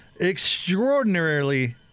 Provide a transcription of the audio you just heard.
extraordinarily